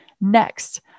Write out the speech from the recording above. Next